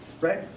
Right